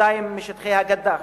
42% משטחי הגדה,